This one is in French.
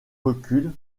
recul